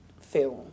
film